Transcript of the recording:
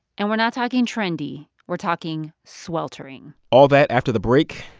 and we're not talking trendy. we're talking sweltering all that after the break.